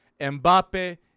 Mbappe